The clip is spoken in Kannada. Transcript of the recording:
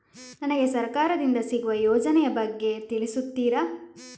ನನಗೆ ಸರ್ಕಾರ ದಿಂದ ಸಿಗುವ ಯೋಜನೆ ಯ ಬಗ್ಗೆ ತಿಳಿಸುತ್ತೀರಾ?